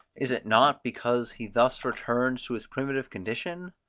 is it not, because he thus returns to his primitive condition?